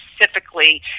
specifically